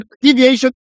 deviation